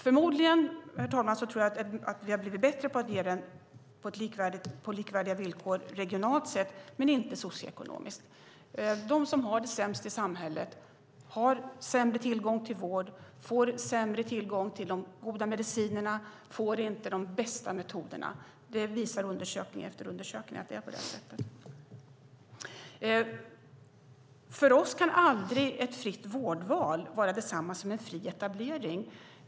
Förmodligen har vi blivit bättre på att ge vård på likvärdiga villkor regionalt men inte socioekonomiskt. De som har det sämst i samhället har sämre tillgång till vård, får sämre tillgång till de goda medicinerna, får inte de bästa metoderna. Undersökning efter undersökning visar att det är på det sättet. För oss kan ett fritt vårdval aldrig vara detsamma som en fri etablering.